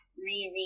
reread